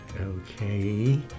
Okay